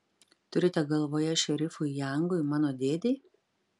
turite galvoje šerifui jangui mano dėdei